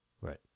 Right